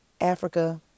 Africa